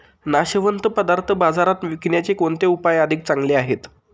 नाशवंत पदार्थ बाजारात विकण्याचे कोणते उपाय अधिक चांगले आहेत?